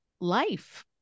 life